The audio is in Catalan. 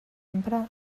empra